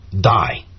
die